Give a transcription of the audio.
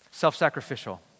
self-sacrificial